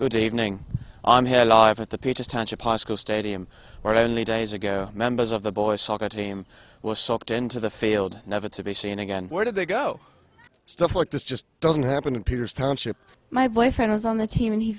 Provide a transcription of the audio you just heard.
good evening i'm here live at the peaches township pasco stadium where only days ago members of the boys soccer team was sucked into the field never to be seen again where did they go stuff like this just doesn't happen in peters township my boyfriend was on the team and he